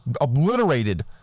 obliterated